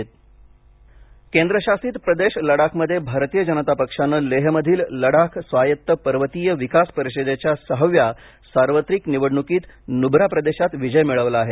लेह केंद्रशासित प्रदेश लडाखमध्ये भारतीय जनता पक्षाने लेहमधील लडाख स्वायत्त पर्वतीय विकास परिषदेच्या सहाव्या सार्वत्रिक निवडणुकीत नुब्रा प्रदेशात विजय मिळविला आहे